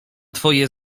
twoje